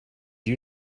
you